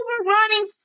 overrunning